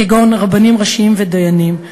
כגון רבנים ראשיים ודיינים.